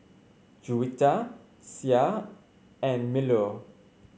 Juwita Syah and Melur